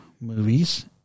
movies